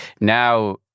Now